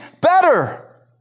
better